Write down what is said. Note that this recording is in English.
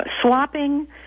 swapping